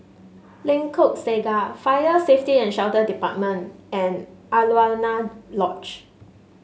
Lengkok Saga Fire Safety and Shelter Department and Alaunia Lodge